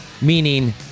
Meaning